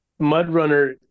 MudRunner